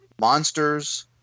Monsters